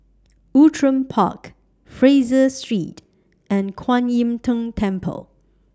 Outram Park Fraser Street and Kuan Im Tng Temple